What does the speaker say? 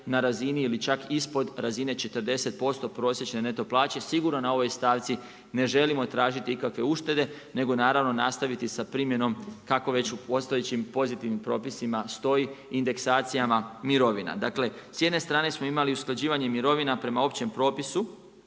na razini ili čak ispod razine 40% prosječne neto plaće, sigurno na ovoj stavci ne želimo tražiti ikakve uštede nego nastaviti sa primijenim kako već u postojećim pozitivnim propisima stoji indeksacijama mirovina. Dakle s jedne strane smo imali usklađivanje mirovina prema općem propisu